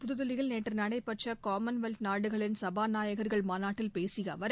புதுதில்லியில் நேற்று நடைபெற்ற காமன்வெல்த் நாடுகளின் சபாநாயகர்கள் மாநாட்டில் பேசிய அவர்